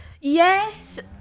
Yes